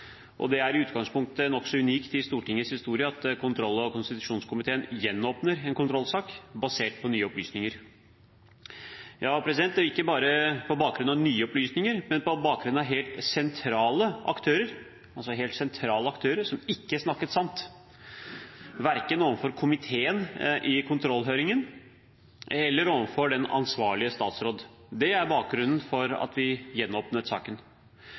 gang. Det er i utgangspunktet nokså unikt i Stortingets historie at kontroll- og konstitusjonskomiteen gjenåpner en kontrollsak basert på nye opplysninger. Ja, det var ikke bare på bakgrunn av nye opplysninger, men på bakgrunn av helt sentrale aktører – helt sentrale aktører – som ikke snakket sant, verken overfor komiteen i kontrollhøringen eller overfor den ansvarlige statsråd. Det er bakgrunnen for at vi gjenåpnet saken.